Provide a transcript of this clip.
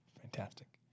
Fantastic